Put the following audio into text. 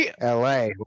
LA